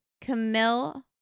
Camille